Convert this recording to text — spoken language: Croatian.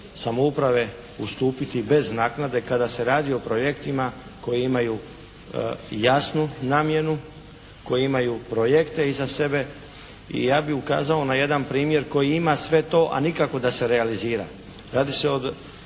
samouprave ustupiti bez naknade kada se radi o projektima koji imaju jasnu namjenu, koji imaju projekte iza sebe. I ja bih ukazao na jedan primjer koji ima sve to, a nikako da se realizira. Radi se o